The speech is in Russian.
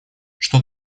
что